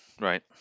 right